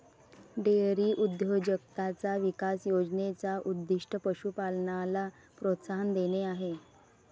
dairy उद्योजकताचा विकास योजने चा उद्दीष्ट पशु पालनाला प्रोत्साहन देणे आहे